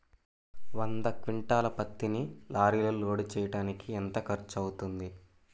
వంద క్వింటాళ్ల పత్తిని లారీలో లోడ్ చేయడానికి ఎంత ఖర్చవుతుంది?